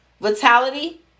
vitality